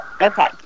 Okay